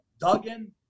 Duggan